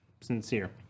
sincere